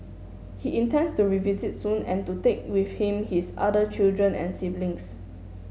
he intends to revisit soon and to take with him his other children and siblings